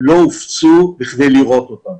לא הופצו כדי לראות אותם.